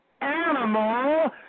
animal